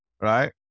right